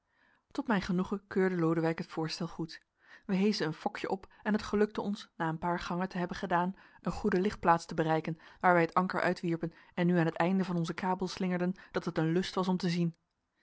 tot mijn genoegen keurde lodewijk het voorstel goed wij heeschen een fokje op en het gelukte ons na een paar gangen te hebben gedaan een goede ligplaats te bereiken waar wij het anker uitwierpen en nu aan het eind van onzen kabel slingerden dat het een lust was om te zien